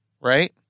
Right